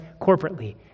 corporately